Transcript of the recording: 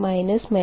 V1